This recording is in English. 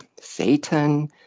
Satan